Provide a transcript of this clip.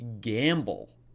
gamble